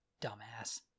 dumbass